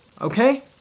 okay